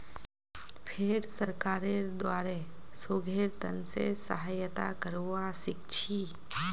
फेर सरकारेर द्वारे शोधेर त न से सहायता करवा सीखछी